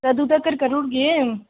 कदं तगर करी ओड़गे